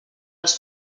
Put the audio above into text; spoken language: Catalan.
els